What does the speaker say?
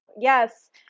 Yes